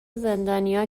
زندانیها